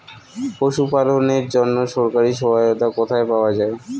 পশু পালনের জন্য সরকারি সহায়তা কোথায় পাওয়া যায়?